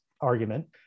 argument